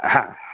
हा